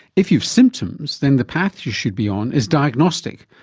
if you've symptoms, then the path you should be on is diagnostic,